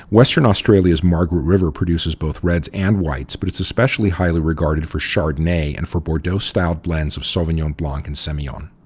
western australia's margaret river produces both reds and whites, but it's especially highly regarded for chardonnay and for bordeaux-styled blends of sauvignon blanc and semillon.